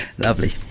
lovely